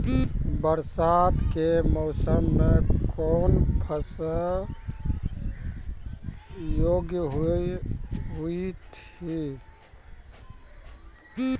बरसात के मौसम मे कौन फसल योग्य हुई थी?